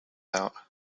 out